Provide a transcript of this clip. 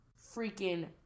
freaking